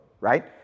right